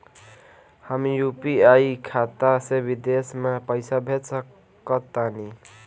हम यू.पी.आई खाता से विदेश म पइसा भेज सक तानि?